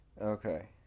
Okay